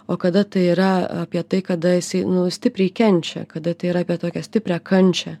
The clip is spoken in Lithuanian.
o kada tai yra apie tai kada jisai nu stipriai kenčia kada tai yra apie tokią stiprią kančią